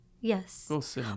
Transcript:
Yes